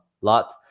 lot